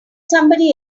somebody